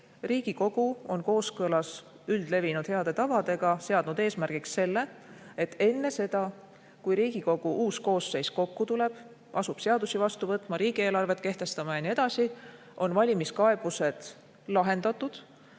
Riigikogu on kooskõlas üldlevinud heade tavadega seadnud eesmärgiks, et enne seda, kui Riigikogu uus koosseis kokku tuleb ja asub seadusi vastu võtma, riigieelarvet kehtestama ja nii edasi, on valimiskaebused lahendatud